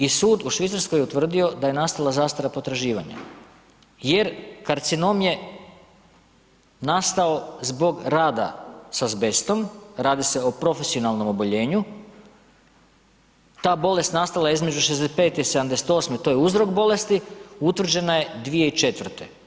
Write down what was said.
I sud u Švicarskoj je utvrdio da je nastala zastara potraživanja jer karcinom je nastao zbog rada sa azbestom, radi se o profesionalnom oboljenju, ta bolest nastala je između '65. i '78., to je uzrok bolesti, utvrđena je 2004.